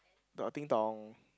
the ding dong